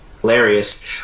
hilarious